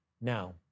Now